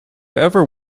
ever